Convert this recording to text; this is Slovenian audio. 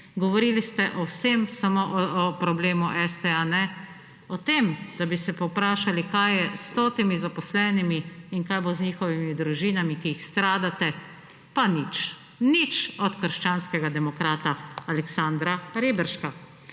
Govorili ste o vsem, samo o problemu STA ne. O tem, da bi se pa vprašali, kaj je s stotimi zaposlenimi in kaj bo z njihovimi družinami, ki jih stradate, pa nič - nič od krščanskega demokrata Aleksandra Reberška.